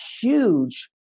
huge